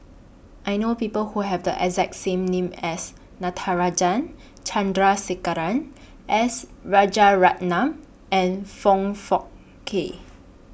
I know People Who Have The exact same name as Natarajan Chandrasekaran S Rajaratnam and Foong Fook Kay